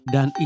Dan